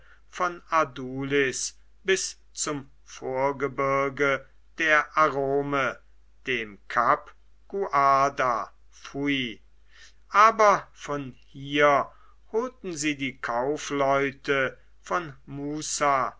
von adulis bis zum vorgebirge der arome dem kap guardafui aber von hier holten sie die kaufleute von